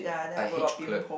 I hate chocolate